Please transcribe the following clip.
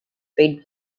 paid